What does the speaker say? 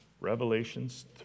Revelations